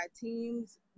teams